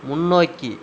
முன்னோக்கி